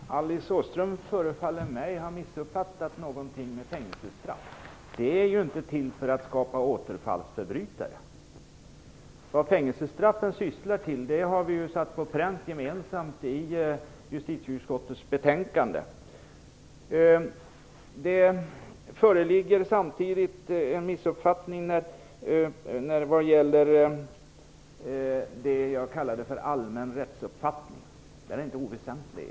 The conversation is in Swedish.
Fru talman! Det förefaller mig som om Alice Åström hade missuppfattat vad som ligger bakom fängelsestraffen. De är ju inte till för att skapa återfallsförbrytare! Vad fängelsestraffen syftar till har vi ju satt på pränt gemensamt i justitieutskottets betänkande. Det föreligger också en missuppfattning om det som jag kallade den allmänna rättsuppfattningen. Den är inte oväsentlig.